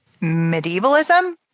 medievalism